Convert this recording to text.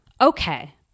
okay